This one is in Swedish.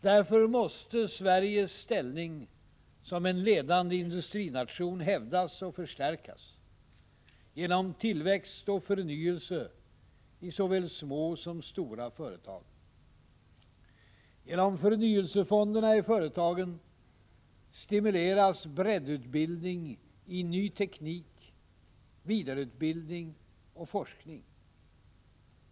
Därför måste Sveriges ställning som en ledande industrination hävdas och förstärkas genom tillväxt och förnyelse i såväl små som stora företag. Genom förnyelsefonderna i företagen stimuleras breddutbildning i ny teknik, vidareutbildning och forskning.